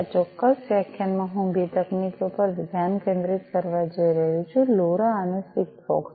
આ ચોક્કસ વ્યાખ્યાનમાં હું બે તકનીકો પર ધ્યાન કેન્દ્રિત કરવા જઈ રહ્યો છું લોરા અને સિગફોક્સ